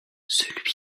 celui